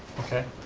okay,